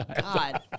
God